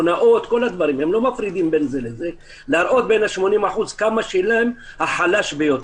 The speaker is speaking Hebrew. הם לא מפרידים בין זה לזה להראות מתוך ה-89% כמה שילם החלש ביותר.